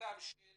מהמכתב של